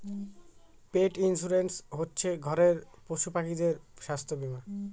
পেট insurance হচ্ছে ঘরের পশুপাখিদের স্বাস্থ্য বীমা